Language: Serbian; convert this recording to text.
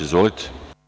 Izvolite.